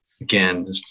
again